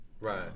Right